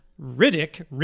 Riddick